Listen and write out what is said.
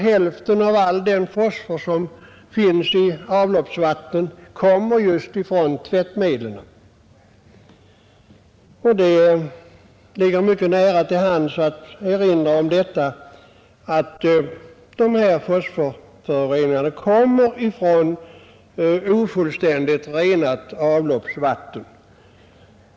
Hälften av all den fosfor som finns i avloppsvatten kommer just från tvättmedlen. Det ligger mycket nära till hands att erinra om att de här fosforföroreningarna kommer från ofullständigt renat avloppsvatten.